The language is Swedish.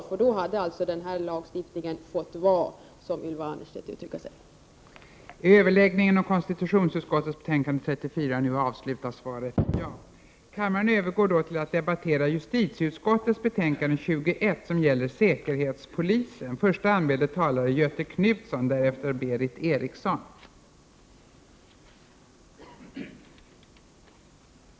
Om folkpartiet hade haft det, skulle ju — som Ylva Annerstedt själv säger — den här lagstiftningen ha fått bero.